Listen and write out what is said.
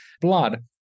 blood